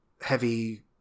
heavy